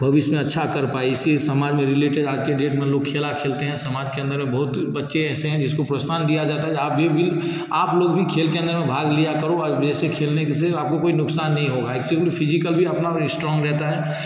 भविष्य में अच्छा कर पाए इसी समाज में रिलेटेड आज के डेट में लोग खेला खेलते हैं समाज के अन्दर में बहुत बच्चे ऐसे हैं जिसको पुरस्कार दिया जाता है आप भी आप लोग भी खेल के अन्दर में भाग लिया करो और बेसिक खेलने से आपको कोई नुकसान नहीं होगा एक्चुअली फिजीक का भी अपना इस्ट्रोंग रहता है